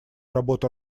работу